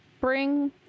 bring